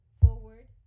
forward